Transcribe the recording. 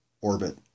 orbit